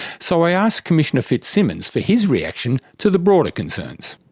so i asked commissioner fitzsimmons for his reaction to the broader concerns.